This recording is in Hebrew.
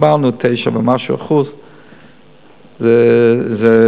דיברנו על 9% ומשהו וזה נכון.